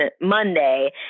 Monday